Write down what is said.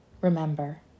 Remember